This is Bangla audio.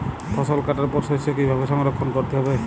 ফসল কাটার পর শস্য কীভাবে সংরক্ষণ করতে হবে?